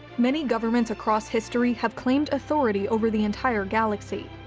many governments across history have claimed authority over the entire galaxy.